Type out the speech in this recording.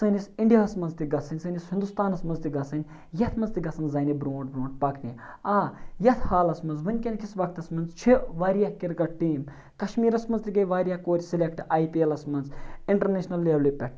سٲنِس اِنڈیاہَس منٛز تہِ گژھٕنۍ سٲنِس ہِندوستانَس منٛز تہِ گژھٕنۍ یَتھ منٛز تہِ گژھن زَنہِ بروںٛٹھ بروںٛٹھ پَکنہِ آ یَتھ حالَس منٛز وٕنکٮ۪ن کِس وقتَس منٛز چھِ واریاہ کِرکَٹ ٹیٖم کشمیٖرَس منٛز تہِ گٔے واریاہ کورِ سٕلٮ۪کٹ آی پی اٮ۪لَس منٛز اِنٹَرنیشنَل لٮ۪ولہِ پٮ۪ٹھ